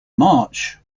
march